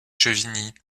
chevigny